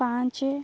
ପାଞ୍ଚ